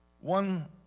one